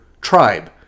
tribe